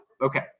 Okay